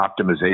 optimization